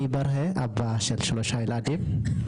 אני ברהה, אבא של שלושה ילדים,